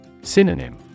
Synonym